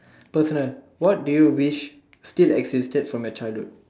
personal what do you wish still existed from your childhood